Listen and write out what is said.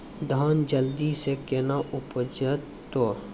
धान जल्दी से के ना उपज तो?